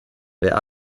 wer